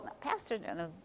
pastor